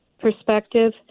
perspective